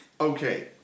Okay